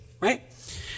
Right